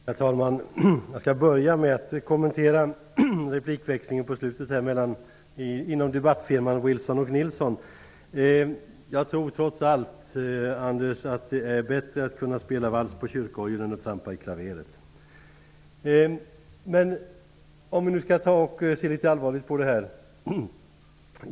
Herr talman! Jag skall börja med att kommentera replikväxlingen nyss inom debattfirman Nilsson och Wilson. Trots allt tror jag, Anders Nilsson, att det är bättre att kunna spela vals på en kyrkorgel än att trampa i klaveret. För att vara allvarlig vill jag säga följande.